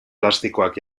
plastikoak